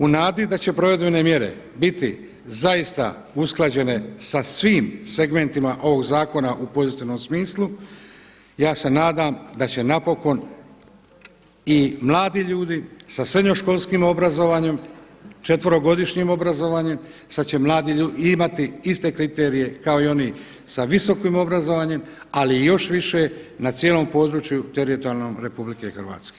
U nadi da će provedbene mjere biti zaista usklađene sa svim segmentima ovog zakona u pozitivnom smislu, ja se nadam da će napokon i mladi ljudi sa srednjoškolskim obrazovanjem, četverogodišnjim obrazovanjem imati iste kriterije kao i oni sa visokim obrazovanjem, ali još više na cijelom području teritorijalnom RH.